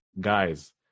guys